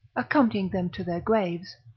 accompanying them to their graves,